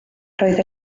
roedd